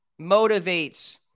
motivates